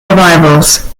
revivals